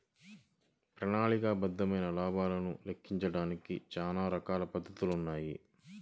ప్రణాళికాబద్ధమైన లాభాలను లెక్కించడానికి చానా రకాల పద్ధతులున్నాయి